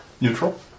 Neutral